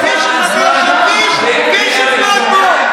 צר לי לראות שטייס קרב,